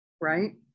right